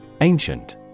Ancient